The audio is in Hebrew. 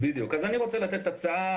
אני רוצה לתת הצעה,